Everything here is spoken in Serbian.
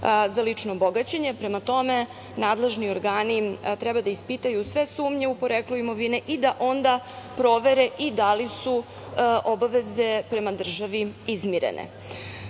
za lično bogaćenje. Prema tome, nadležni organi treba da ispitaju sve sumnje u poreklo imovine i da onda provere da li su obaveze prema državi izmirene. Ako